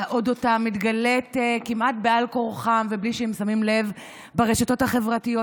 על אודותיהם מתגלית כמעט בעל כורחם ובלי שהם שמים לב ברשתות החברתיות.